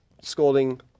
scolding